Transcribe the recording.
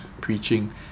preaching